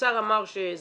האוצר אמר ש-